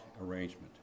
arrangement